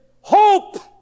hope